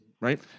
Right